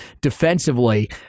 defensively